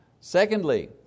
Secondly